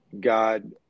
God